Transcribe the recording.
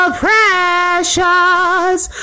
precious